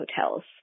hotels